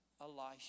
Elisha